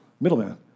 middleman